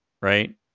right